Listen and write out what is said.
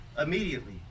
immediately